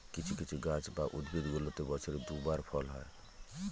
কিছু কিছু গাছ বা উদ্ভিদগুলোতে বছরে দুই বার ফল হয়